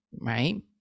right